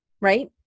right